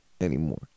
anymore